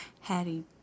Hattie